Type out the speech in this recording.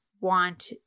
want